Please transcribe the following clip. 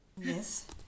Yes